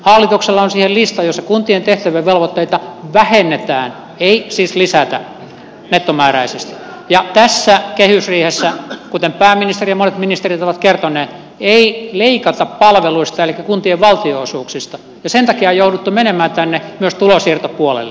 hallituksella on siihen lista jossa kuntien tehtäviä ja velvoitteita vähennetään ei siis lisätä nettomääräisesti ja tässä kehysriihessä kuten pääministeri ja monet ministerit ovat kertoneet ei leikata palveluista elikkä kuntien valtionosuuksista ja sen takia on jouduttu menemään myös tänne tulonsiirtopuolelle